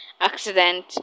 accident